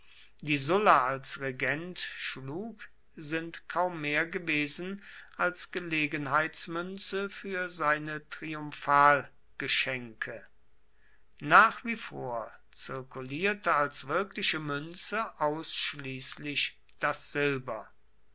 die sulla als regent schlug sind kaum mehr gewesen als gelegenheitsmünze für seine triumphalgeschenke nach wie vor zirkulierte als wirkliche münze ausschließlich das